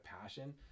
passion